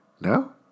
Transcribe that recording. No